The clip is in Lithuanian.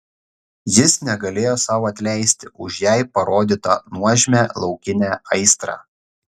jis negalėjo sau atleisti už jai parodytą nuožmią laukinę aistrą